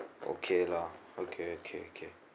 okay lah okay okay okay